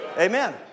Amen